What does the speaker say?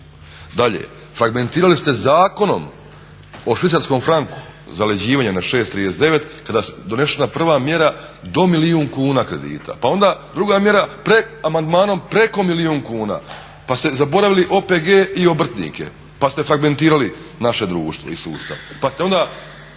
Dalje, fragmentirali ste zakonom o švicarskom franku zaleđivanje na 6,39 kada je donešena prva mjera do milijun kuna kredita. Pa onda druga mjera amandmanom preko milijun kuna, pa ste zaboravili OPG i obrtnike pa ste fragmentirali naše društvo i sustav,